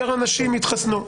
יותר אנשים יתחסנו.